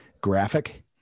graphic